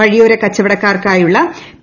വഴിയോര കച്ചവടക്കാർക്കായുള്ള പി